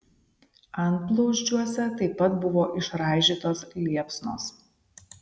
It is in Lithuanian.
antblauzdžiuose taip pat buvo išraižytos liepsnos